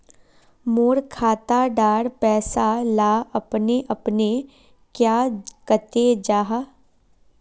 मोर खाता डार पैसा ला अपने अपने क्याँ कते जहा?